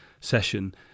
session